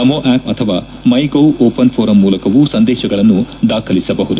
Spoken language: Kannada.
ನಮೋ ಆಪ್ ಅಥವಾ ಮೈಗೌ ಓಪನ್ ಫೋರಂ ಮೂಲಕವೂ ಸಂದೇಶಗಳನ್ನು ದಾಖಲಿಸಬಹುದು